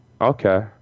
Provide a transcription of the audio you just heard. Okay